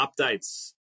updates